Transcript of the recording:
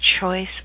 choice